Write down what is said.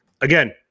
again